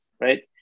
right